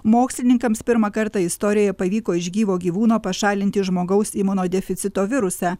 mokslininkams pirmą kartą istorijoje pavyko iš gyvo gyvūno pašalinti žmogaus imunodeficito virusą